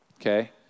okay